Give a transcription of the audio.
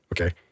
okay